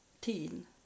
teen